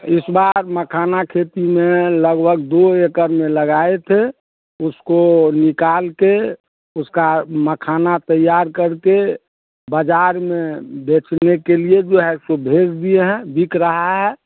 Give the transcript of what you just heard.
इस बार मखाना खेती में लगभग दो एकड़ में लगाए थे उसको निकाल के उसका मखाना तैयार कर के बाज़ार में बेचने के लिए जो है सुबह भेज दिए है बिक रहा है